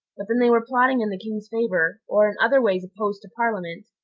but then they were plotting in the king's favor, or in other ways opposed to parliament.